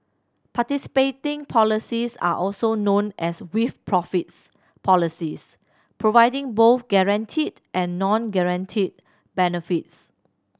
participating policies are also known as with profits policies providing both guaranteed and non guaranteed benefits